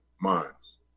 minds